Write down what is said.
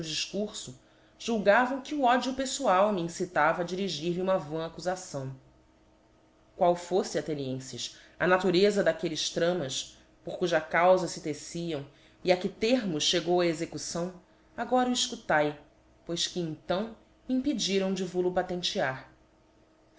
difcurfo julgavam que o ódio peffoal me incitava a dirigir lhe uma vã accufacão qual foífe athenienfes a natureza d'aqulles tramas por cuja caufa fe teciam e a que termos chegou a execução agora o efcutae pois que então me impediram de vol-o patentear